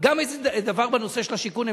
גם איזה דבר בנושא של השיכון.